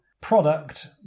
product